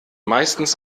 meistens